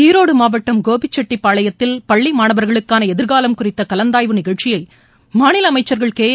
ஈரோடு மாவட்டம் கோபிசெட்டிபாளையத்தில் பள்ளி மாணவா்களுக்கான எதிா்காலம் குறித்த கலந்தாய்வு நிகழ்ச்சியை மாநில அமைச்சர்கள் கேஏ